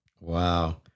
Wow